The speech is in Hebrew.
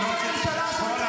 הכול ממש לא בסדר.